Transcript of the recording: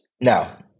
Now